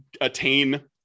attain